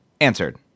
answered